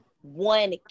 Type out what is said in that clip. one